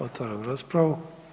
Otvaram raspravu.